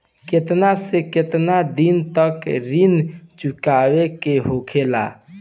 केतना से केतना दिन तक ऋण चुकावे के होखेला?